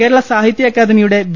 കേരള സാഹിത്യ അക്കാദമിയുടെ വി